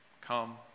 Come